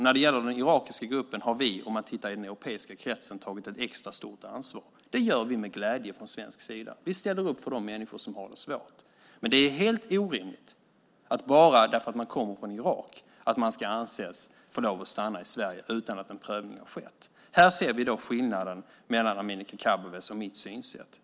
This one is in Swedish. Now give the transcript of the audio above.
När det gäller den irakiska gruppen har vi, om man tittar i den europeiska kretsen, tagit ett extra stort ansvar. Det gör vi med glädje från svensk sida. Vi ställer upp för de människor som har det svårt. Men det är helt orimligt att man ska få lov att stanna i Sverige utan att en prövning har skett bara för att man kommer från Irak. Här ser vi dock skillnaden mellan Amineh Kakabavehs och mitt synsätt.